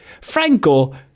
Franco